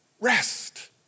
rest